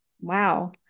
wow